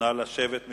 נא לשבת.